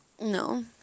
No